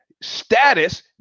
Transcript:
status